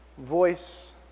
Voice